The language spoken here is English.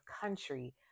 country